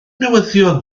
newyddion